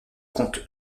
comte